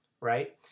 right